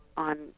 on